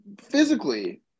physically